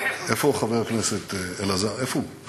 איפה הוא, חבר הכנסת אלעזר שטרן, איפה הוא?